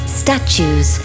statues